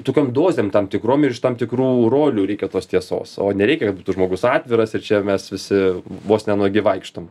tokiom dozėm tam tikrom ir iš tam tikrų rolių reikia tos tiesos o nereikia būtų žmogus atviras ir čia mes visi vos ne nuogi vaikštom